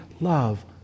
love